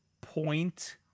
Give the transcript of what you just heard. point